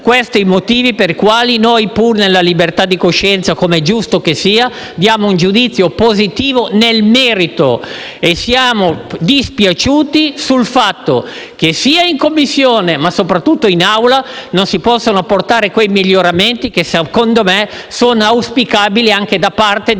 Questi i motivi per i quali noi, pur nella libertà di coscienza, come è giusto che sia, esprimiamo un giudizio negativo nel merito. Siamo dispiaciuti per il fatto che, né in Commissione né soprattutto in Aula, si possano apportare quei miglioramenti che, secondo me, sarebbero auspicabili anche da parte della maggioranza.